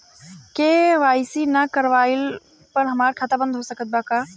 KYC ना करवाइला पर हमार खाता बंद हो सकत बा का?